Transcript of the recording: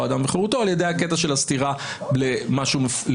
צ'רי פיקינג כרצונך.